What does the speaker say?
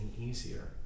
easier